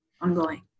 ongoing